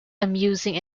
amusing